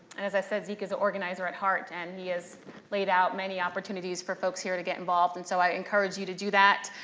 and as i said zeke is organizer at heart and he has laid out many opportunities for folks here to get involved and so i encourage you to do that.